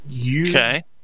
Okay